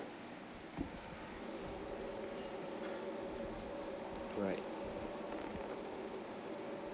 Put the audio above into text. right